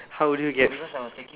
how would you get